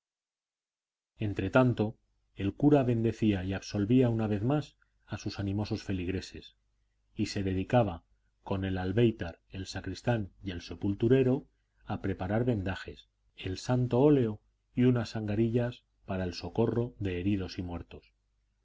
entretanto el cura bendecía y absolvía una vez más a sus animosos feligreses y se dedicaba con el albéitar el sacristán y el sepulturero a preparar vendajes el santo óleo y unas angarillas para el socorro de heridos y muertos